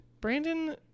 Brandon